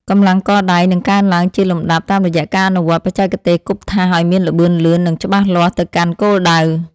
កម្លាំងកដៃនឹងកើនឡើងជាលំដាប់តាមរយៈការអនុវត្តបច្ចេកទេសគប់ថាសឱ្យមានល្បឿនលឿន និងច្បាស់លាស់ទៅកាន់គោលដៅ។